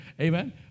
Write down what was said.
Amen